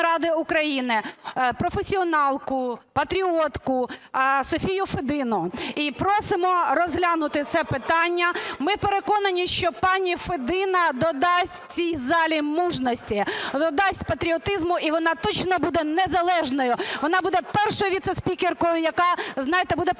Ради України професіоналку патріотку Софію Федину і просимо розглянути це питання. Ми переконані, що пані Федина додасть цій залі мужності, додасть патріотизму. І вона точно буде незалежною, вона буде першою віцеспікеркою, яка, знаєте, буде представляти